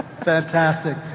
Fantastic